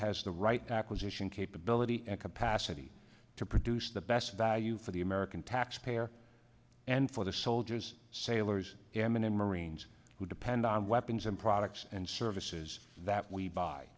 has the right acquisition capability and capacity to produce the best value for the american taxpayer and for the soldiers sailors airmen and marines who depend on weapons and products and see services that we buy